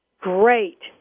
great